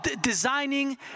designing